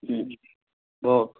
भवतु